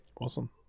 awesome